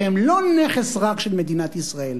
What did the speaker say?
שהם לא נכס רק של מדינת ישראל,